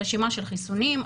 רשימה של חיסונים,